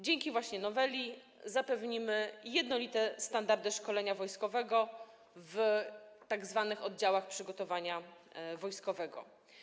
Dzięki noweli zapewnimy jednolite standardy szkolenia wojskowego w tzw. oddziałach przygotowania wojskowego.